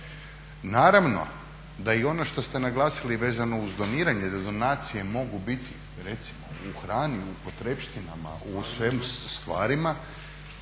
Naravno da i ono što ste naglasili vezano uz doniranje, da donacije mogu biti recimo u hrani, u potrepštinama, u svemu, stvarima